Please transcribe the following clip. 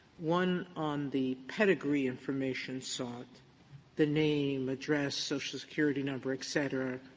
one on the pedigree information sought the name, address, social security number, et cetera,